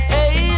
Hey